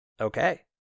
Okay